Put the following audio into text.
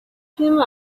him